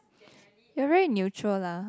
you're very neutral lah